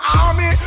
army